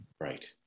Right